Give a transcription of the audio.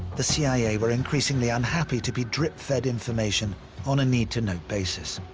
the cia were increasingly unhappy to be drip-fed information on a need-to-know basis.